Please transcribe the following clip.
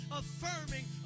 affirming